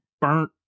burnt